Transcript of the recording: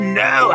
no